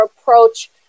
approach